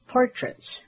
Portraits